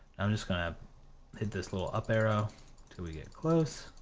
i'm just gonna hit this little up arrow till we get close,